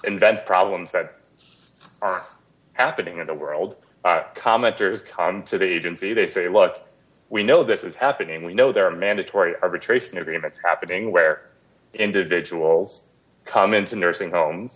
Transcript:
invent problems that are happening in the world commenters to the agency they say look we know this is happening we know there are mandatory arbitration agreements happening where individuals come into nursing homes